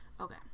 Okay